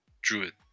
Druid